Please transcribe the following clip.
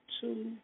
two